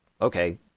okay